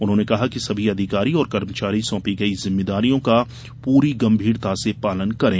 उन्होंने कहा कि सभी अधिकारी और कर्मचारी सोंपी गई जिम्मेदारियों का पूरी गंभीरता से पालन करें